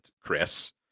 Chris